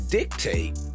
dictate